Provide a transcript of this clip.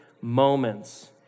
moments